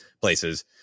places